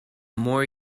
more